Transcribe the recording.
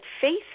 faith